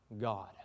God